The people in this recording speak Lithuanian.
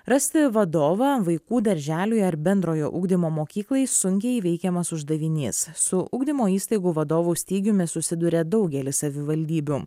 rasti vadovą vaikų darželiui ar bendrojo ugdymo mokyklai sunkiai įveikiamas uždavinys su ugdymo įstaigų vadovų stygiumi susiduria daugelis savivaldybių